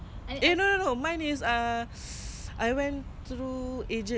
and no no mine is ah I went through asian asian men changkat job S_G you know that type lah ya